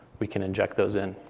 we can inject those in.